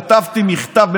כתבתי מכתב,